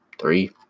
three